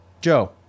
Joe